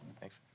Thanks